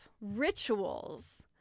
rituals